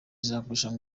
zagurishijwe